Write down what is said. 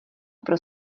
pro